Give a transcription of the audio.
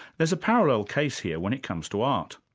there's a parallel case here when it comes to art.